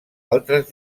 altres